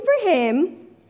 Abraham